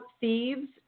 Thieves